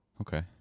Okay